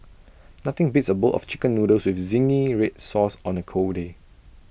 nothing beats A bowl of Chicken Noodles with Zingy Red Sauce on A cold day